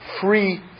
free